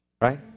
Right